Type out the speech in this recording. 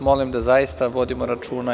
Molim vas da zaista vodimo računa.